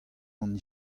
hon